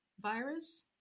virus